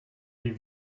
die